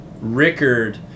rickard